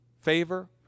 favor